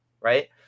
right